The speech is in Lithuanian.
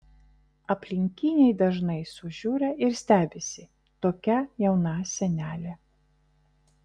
aplinkiniai dažnai sužiūra ir stebisi tokia jauna senelė